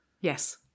yes